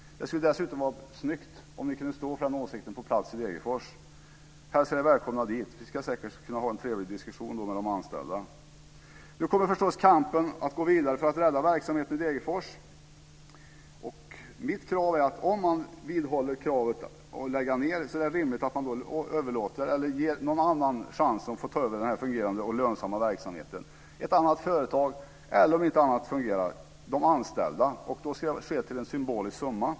Det skulle dessutom vara snyggt om ni kunde stå för den åsikten på plats i Degerfors. Jag hälsar er välkomna dit. Vi skulle säkert kunna föra en trevlig diskussion med de anställda. Kampen kommer förstås att gå vidare för att rädda en verksamhet i Degerfors. Om man vidhåller kravet på att lägga ned verksamheten tycker jag att det är rimligt att man ger någon annan chansen att ta över den här fungerande och lönsamma verksamheten. Det kan vara ett annat företag eller, om inget annat fungerar, de anställda. Det ska i så fall ske till en symbolisk summa.